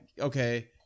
okay